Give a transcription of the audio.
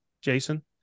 jason